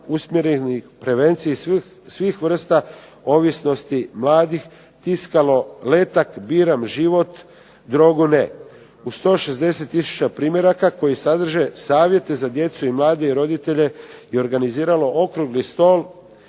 usmjerenih prevenciji svih vrsta ovisnosti mladih tiskalo letak "Biram život, drogu ne." U 160000 primjeraka koji sadrže savjete za djecu i mlade i roditelje i organiziralo okrugli stol